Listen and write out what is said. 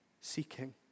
seeking